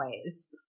ways